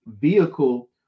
vehicle